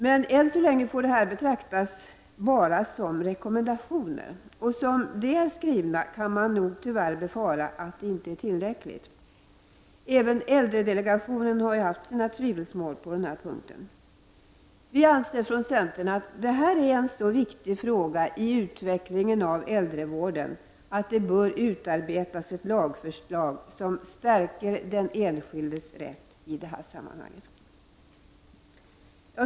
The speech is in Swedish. Men än så länge får detta bara betraktas som rekommendationer, och som de är skrivna kan man nog tyvärr befara att det inte är tillräckligt. Även äldredelegationen har haft sina tvivel på den här punkten. Vi anser från centern att det här är en så viktig fråga i utvecklingen av äldrevården att det bör utarbetas ett lagförslag som stärker den enskildes rätt i detta sammanhang.